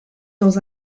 dans